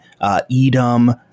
Edom